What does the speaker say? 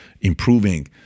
improving